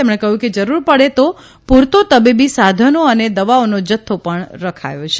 તેમણે કહ્યુંકે જરૂર પડે તો પૂરતો તબીબી સાધનો અને દવાઓનો જથ્થો રખાયો છે